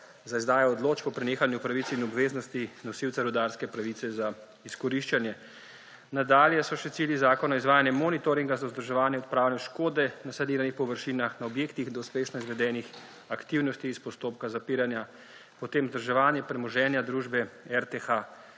za izdajo odločb po prenehanju pravic in obveznosti nosilca rudarske pravice za izkoriščanje. Nadalje so cilji zakona še: izvajanje monitoringa za vzdrževanje in odpravljanje škode na vseh delovnih površinah, na objektih do uspešno izvedenih aktivnosti iz postopka zapiranja, vzdrževanje premoženja družbe RTH